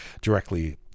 directly